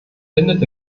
findet